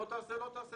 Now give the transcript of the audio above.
לא יעשה לא יעשה,